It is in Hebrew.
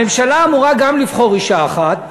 הממשלה אמורה גם לבחור אישה אחת,